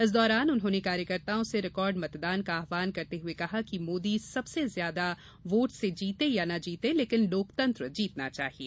इस दौरान उन्होंने कार्यकर्ताओं से रिकार्ड मतदान का आव्हान करते हुए कहा कि मोदी सबसे ज्यादा वोट से जीते या ना जीते लेकिन लोकतंत्र जीतना चाहिए